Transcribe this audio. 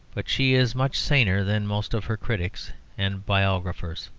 but she is much saner than most of her critics and biographers.